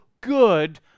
good